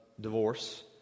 divorce